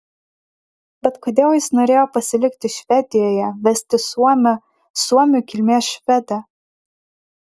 bet kodėl jis norėjo pasilikti švedijoje vesti suomę suomių kilmės švedę